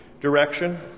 direction